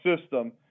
system